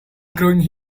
growing